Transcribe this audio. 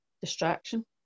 distraction